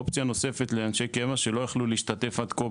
אופציה נוספת לאנשי קבע שלא יכלו להשתתף עד כה